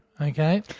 okay